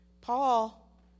Paul